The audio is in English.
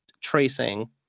tracing